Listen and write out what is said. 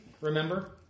remember